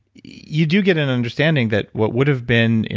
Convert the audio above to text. you do get an understanding that what would have been,